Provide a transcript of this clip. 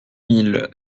mille